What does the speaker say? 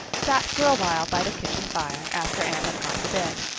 sat for a while by the kitchen fire after anne had gone to bed.